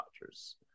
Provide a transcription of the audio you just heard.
Dodgers